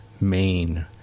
main